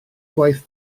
gwaith